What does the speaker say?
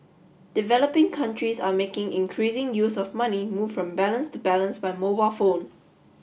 developing countries are making increasing use of money moved from balance to balance by mobile phone